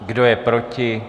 Kdo je proti?